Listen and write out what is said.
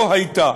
היה הייתה